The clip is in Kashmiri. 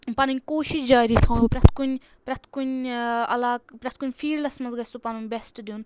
پَنٕنۍ کوٗشِش جاری تھاون پرٛیٚتھ کُنہِ پرٛیٚتھ کُنہِ ٲں علاقہٕ پرٛیٚتھ کُنہِ فیٖلڈَس منٛز گژھہِ سُہ پَنُن بیٚسٹہٕ دیٛن